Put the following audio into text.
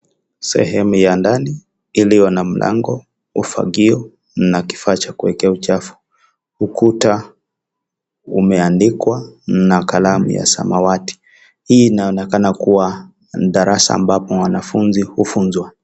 Sehemu ya ndani iliyo na mlango, ufagio na kifaa cha kuekea uchafu, ukuta umeandikwa na kalamu ya samawati, hii inaonekana kuwa ni darasa ambapo mwanafunzi hufunzwa.